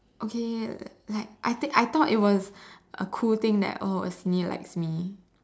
okay like I think I thought it was a cool thing that oh a senior likes me